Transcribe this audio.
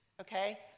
Okay